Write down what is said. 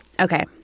Okay